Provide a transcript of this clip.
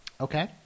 Okay